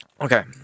Okay